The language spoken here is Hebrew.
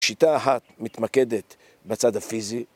שיטה אחת מתמקדת בצד הפיזי